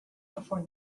before